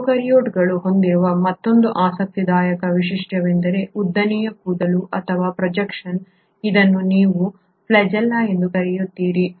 ಪ್ರೊಕಾರ್ಯೋಟ್ಗಳು ಹೊಂದಿರುವ ಮತ್ತೊಂದು ಆಸಕ್ತಿದಾಯಕ ವೈಶಿಷ್ಟ್ಯವೆಂದರೆ ಉದ್ದನೆಯ ಕೂದಲು ಅಥವಾ ಪ್ರೊಜೆಕ್ಷನ್ ಇದನ್ನು ನೀವು ಫ್ಲ್ಯಾಜೆಲ್ಲಾ ಎಂದು ಕರೆಯುತ್ತೀರಿ